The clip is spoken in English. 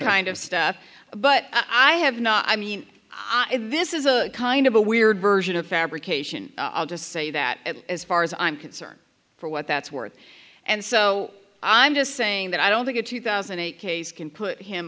kind of stuff but i have not i mean this is a kind of a weird version of fabrication i'll just say that as far as i'm concerned for what that's worth and so i'm just saying that i don't think the two thousand and eight case can put him